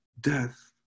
death